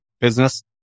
business